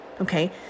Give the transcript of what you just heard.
okay